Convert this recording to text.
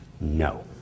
No